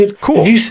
cool